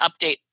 update